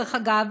דרך אגב,